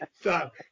stop